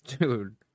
Dude